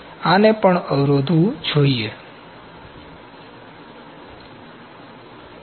તેથી આને પણ અવરોધવું જોઈયે